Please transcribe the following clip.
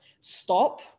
Stop